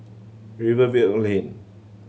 Rivervale Lane